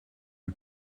you